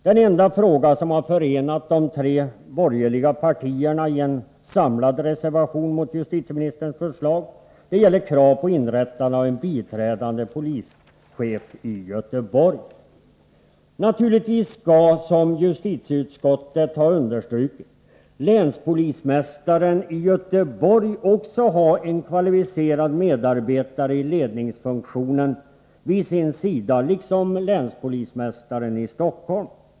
Den enda fråga som förenat de tre borgerliga partierna i en samlad reservation mot justitieministerns förslag gäller kravet på inrättandet av en tjänst som biträdande polischef i Göteborg. Naturligtvis skall, som justitieutskottet har understrukit, länspolismästaren i Göteborg också ha en kvalificerad medarbetare i ledningsfunktion vid sin sida, liksom länspolismästaren i Stockholm.